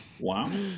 Wow